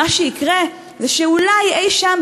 מה שיקרה זה שאולי אי-שם,